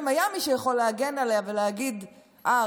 כך שגם אם היה מי שיכול להגן עליה ולהגיד: אה,